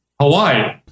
Hawaii